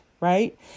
right